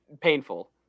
painful